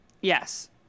Yes